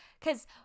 cause